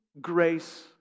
grace